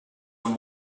are